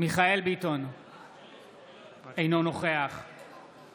מיכאל מרדכי ביטון,